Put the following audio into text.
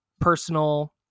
personal